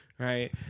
Right